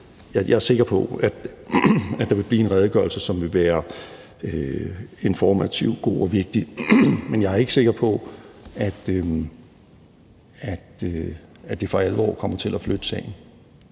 Jeg er sikker på, at der vil blive en redegørelse, som vil være informativ, god og vigtig, men jeg er ikke sikker på, at det for alvor kommer til at flytte sagen.